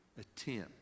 attempt